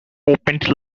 opened